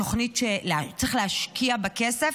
תוכנית שצריך להשקיע בה כסף.